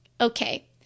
Okay